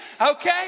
okay